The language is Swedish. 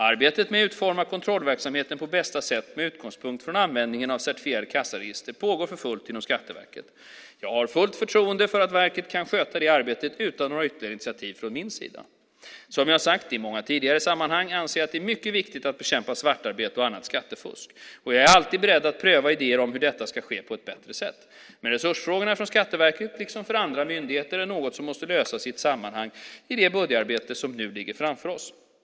Arbetet med att utforma kontrollverksamheten på bästa sätt med utgångspunkt från användningen av certifierade kassaregister pågår för fullt inom Skatteverket. Jag har fullt förtroende för att verket kan sköta det arbetet utan några ytterligare initiativ från min sida. Som jag har sagt i många tidigare sammanhang anser jag det vara mycket viktigt att bekämpa svartarbete och annat skattefusk, och jag är alltid beredd att pröva idéer om hur detta kan ske på ett bättre sätt. Men resursfrågorna för Skatteverket, liksom för andra myndigheter, är något som måste lösas i ett sammanhang i det budgetarbete som nu ligger framför oss.